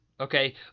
okay